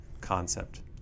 concept